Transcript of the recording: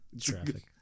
Traffic